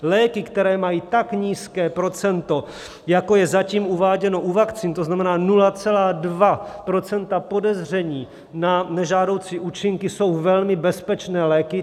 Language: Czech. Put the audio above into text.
Léky, které mají tak nízké procento, jako je zatím uváděno u vakcín, to znamená 0,2 % podezření na nežádoucí účinky, jsou velmi bezpečné léky.